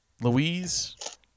Louise